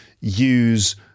use